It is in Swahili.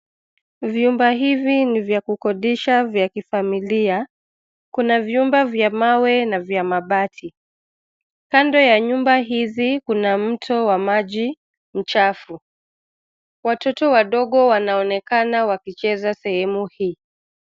Vyumba hivi ni vya kukodisha vya kifamilia, kuna vyumba vya mawe na vya mabati, kando ya nyumba hizi kuna mto wa maji, mchafu, watoto wadogo wanaonekana wakicheza sehemu hii.